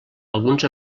alguns